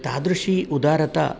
तादृशी उदारता